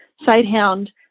sighthound